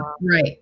Right